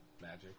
magic